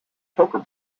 poker